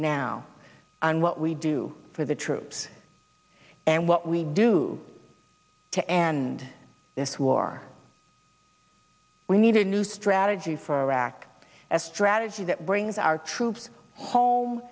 now on what we do for the troops and what we do to end this war we need a new strategy for iraq a strategy that brings our troops home